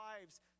lives